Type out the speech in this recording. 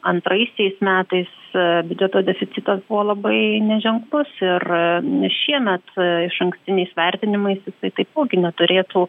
antraisiais metais biudžeto deficitas buvo labai neženklus ir šiemet išankstiniais vertinimais jisai taipogi neturėtų